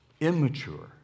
immature